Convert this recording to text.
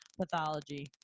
pathology